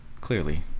clearly